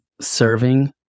serving